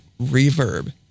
reverb